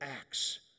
acts